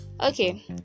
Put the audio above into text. okay